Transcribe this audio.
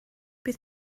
bydd